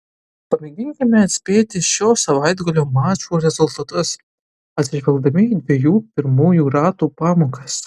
pamėginkime atspėti šio savaitgalio mačų rezultatus atsižvelgdami į dviejų pirmųjų ratų pamokas